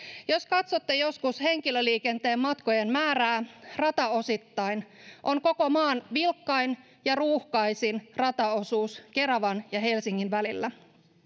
jos katsotte joskus henkilöliikenteen matkojen määrää rataosittain on koko maan vilkkain ja ruuhkaisin rataosuus keravan ja helsingin välillä